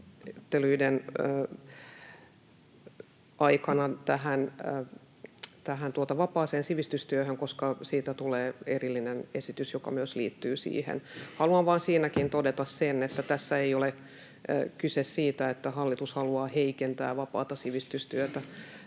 siitä tulee erillinen esitys, joka myös liittyy siihen. Haluan vain siitäkin todeta, että tässä ei ole kyse siitä, että hallitus haluaa heikentää vapaata sivistystyötä,